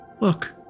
Look